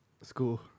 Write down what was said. School